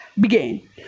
begin